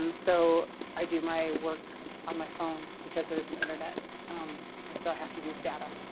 um so i do my work on my phone because there isn't internet um and so, i have to use data.